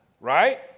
Right